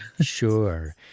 Sure